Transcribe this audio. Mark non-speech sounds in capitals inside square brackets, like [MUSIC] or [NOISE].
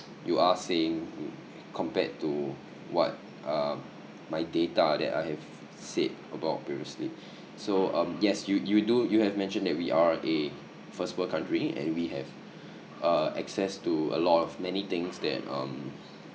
you are saying compared to what uh my data that I have said about previously [BREATH] so um yes you you do you have mentioned that we are a first world country and we have uh access to a lot of many things that um